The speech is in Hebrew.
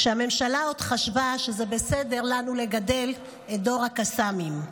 כשהממשלה עוד חשבה שזה בסדר לנו לגדל את דור הקסאמים.